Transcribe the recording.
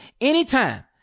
anytime